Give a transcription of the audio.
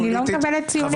אני לא מקבלת ציונים ממך.